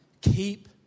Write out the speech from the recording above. Keep